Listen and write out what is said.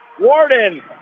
Warden